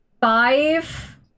five